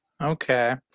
Okay